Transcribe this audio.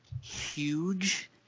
huge